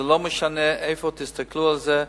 לא משנה איפה תסתכלו על זה,